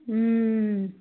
अँ